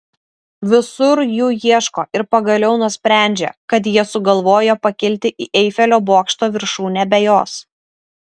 visur jų ieško ir pagaliau nusprendžia kad jie sugalvojo pakilti į eifelio bokšto viršūnę be jos